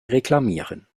reklamieren